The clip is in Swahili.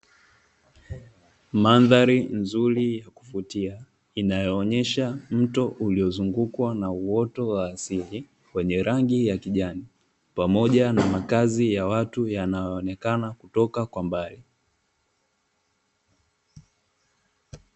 Mandhari nzuri ya kuvutia, inayoonyesha mto uliozungukwa na uoto wa asili wenye rangi ya kijani, pamoja na makazi ya watu yanayoonekana kutoka kwa mbali.